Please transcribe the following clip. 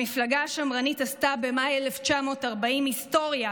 המפלגה השמרנית עשתה במאי 1940 היסטוריה,